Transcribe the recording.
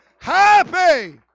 Happy